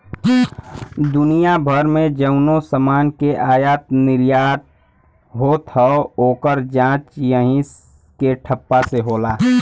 दुनिया भर मे जउनो समान के आयात निर्याट होत हौ, ओकर जांच यही के ठप्पा से होला